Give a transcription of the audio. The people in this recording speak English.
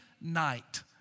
night